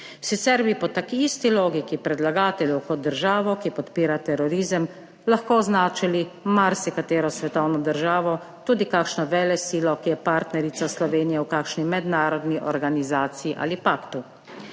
Sicer bi po taki isti logiki predlagateljev kot državo, ki podpira terorizem, lahko označili marsikatero svetovno državo, tudi kakšno velesilo, ki je partnerica Slovenije v kakšni mednarodni organizaciji ali paktu.